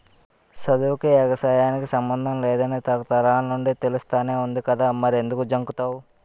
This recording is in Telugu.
సదువుకీ, ఎగసాయానికి సమ్మందం లేదని తరతరాల నుండీ తెలుస్తానే వుంది కదా మరెంకుదు జంకుతన్నావ్